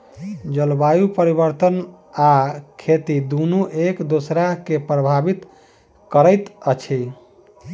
जलवायु परिवर्तन आ खेती दुनू एक दोसरा के प्रभावित करैत अछि